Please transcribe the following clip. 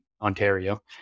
Ontario